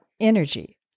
energy